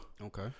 Okay